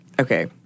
Okay